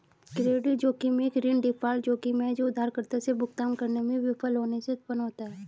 credit जोखिम एक ऋण डिफ़ॉल्ट जोखिम है जो उधारकर्ता से भुगतान करने में विफल होने से उत्पन्न होता है